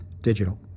digital